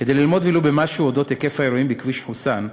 כדי ללמוד ולו משהו על אודות היקף האירועים בכביש חוסאן,